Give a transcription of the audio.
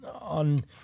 on